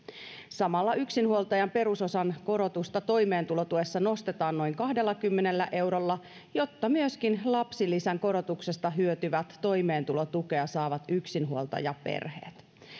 samalla yksinhuoltajan perusosan korotusta toimeentulotuessa nostetaan noin kahdellakymmenellä eurolla jotta lapsilisän korotuksesta hyötyvät myöskin toimeentulotukea saavat yksinhuoltajaperheet